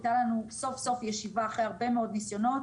הייתה לנו סוף סוף ישיבה אחרי הרבה מאוד ניסיונות.